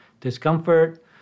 discomfort